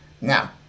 Now